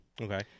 Okay